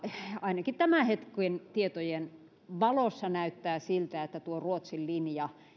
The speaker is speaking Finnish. ainakin tämän hetken tietojen valossa näyttää siltä että tuo ruotsin linja